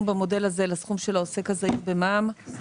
במודל הזה לסכום של העוסק הזעיר במע"מ.